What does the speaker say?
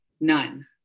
none